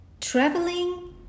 traveling